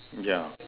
yeah